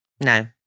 No